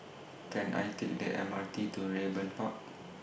Can I Take The M R T to Raeburn Park